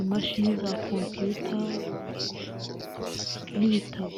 imashini za kompiyuta n'ibitabo.